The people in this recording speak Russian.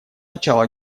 начала